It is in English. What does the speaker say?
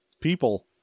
people